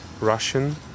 Russian